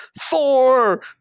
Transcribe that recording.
Thor